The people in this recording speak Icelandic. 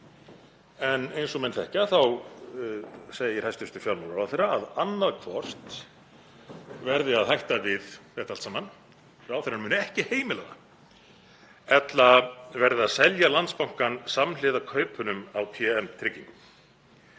En eins og menn þekkja segir hæstv. fjármálaráðherra að annaðhvort verði að hætta við þetta allt saman, ráðherrann muni ekki heimila það, ella verði að selja Landsbankann samhliða kaupunum á TM Tryggingum.